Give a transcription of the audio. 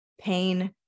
pain